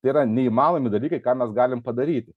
tai yra neįmanomi dalykai ką mes galim padaryt